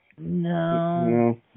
No